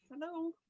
Hello